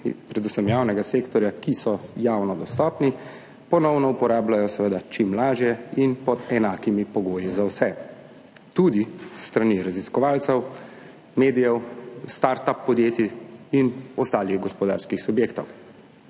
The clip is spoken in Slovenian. predvsem javnega sektorja, ki so javno dostopni, ponovno uporabljajo, seveda čim lažje in pod enakimi pogoji za vse, tudi s strani raziskovalcev, medijev, startup podjetij in ostalih gospodarskih subjektov.